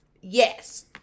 yes